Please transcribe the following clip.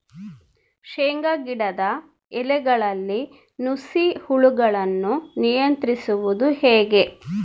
ಶೇಂಗಾ ಗಿಡದ ಎಲೆಗಳಲ್ಲಿ ನುಷಿ ಹುಳುಗಳನ್ನು ನಿಯಂತ್ರಿಸುವುದು ಹೇಗೆ?